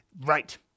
Right